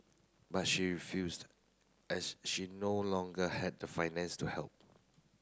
but she refused as she no longer had the finance to help